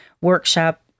workshop